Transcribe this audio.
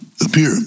appear